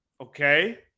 Okay